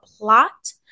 plot